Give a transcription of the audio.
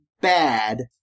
bad